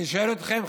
אני שואל אתכם,